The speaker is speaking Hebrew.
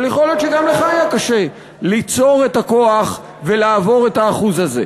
אבל יכול להיות שגם לך היה קשה ליצור את הכוח ולעבור את האחוז הזה,